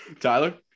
Tyler